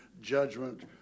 judgment